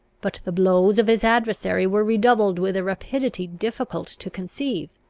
but the blows of his adversary were redoubled with a rapidity difficult to conceive,